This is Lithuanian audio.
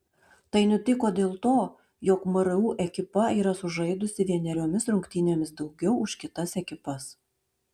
tai nutiko dėl to jog mru ekipa yra sužaidusi vieneriomis rungtynėmis daugiau už kitas ekipas